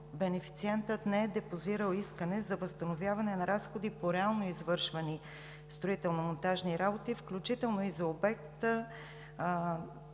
бенефициентът не е депозирал искане за възстановяване на разходи по реално извършвани строително-монтажни работи, включително и за обект